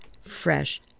fresh